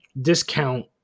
discount